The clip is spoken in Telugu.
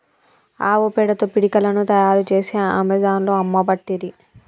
ఆవు పేడతో పిడికలను తాయారు చేసి అమెజాన్లో అమ్మబట్టిరి